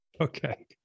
Okay